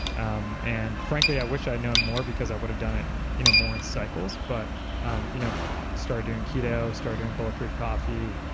um and frankly i wish i had known more because i would have done it you know more in cycles but um you know started doing keto, started doing bulletproof coffee,